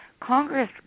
Congress